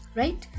right